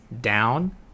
down